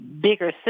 bigger